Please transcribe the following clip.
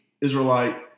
Israelite